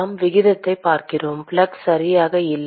நாம் விகிதத்தைப் பார்க்கிறோம் ஃப்ளக்ஸ் சரியாக இல்லை